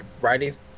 writings